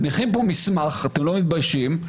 אתם לא מתביישים.